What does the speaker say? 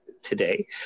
Today